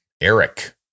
Eric